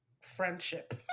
friendship